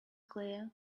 claire